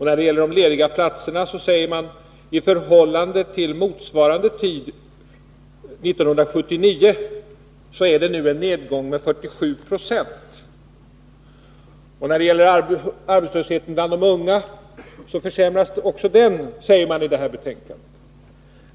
När det gäller de lediga platserna säger man att i förhållande till motsvarande tid 1979 är det nu en nedgång med 47 9. I fråga om arbetslösheten bland de unga försämras också den, säger man i det här betänkandet.